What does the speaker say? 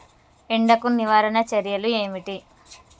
ఎండకు నివారణ చర్యలు ఏమిటి?